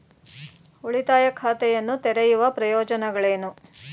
ಉಳಿತಾಯ ಖಾತೆಯನ್ನು ತೆರೆಯುವ ಪ್ರಯೋಜನಗಳೇನು?